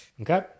Okay